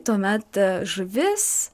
tuomet žuvis